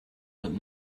but